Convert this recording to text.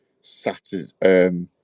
Saturday